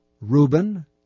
Reuben